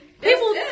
People